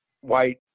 white